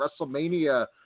WrestleMania